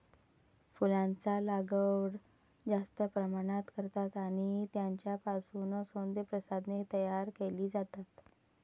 फुलांचा लागवड जास्त प्रमाणात करतात आणि त्यांच्यापासून सौंदर्य प्रसाधने तयार केली जातात